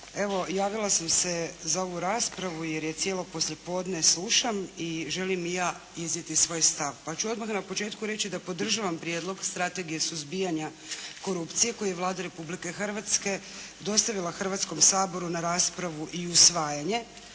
Evo javila sam se za ovu raspravu jer je cijelo poslijepodne slušam i želim i ja iznijeti svoj stav pa ću odmah na početku reći da podržavam Prijedlog strategije suzbijanja korupcije koji je Vlada Republike Hrvatske dostavila Hrvatskom saboru na raspravu i usvajanje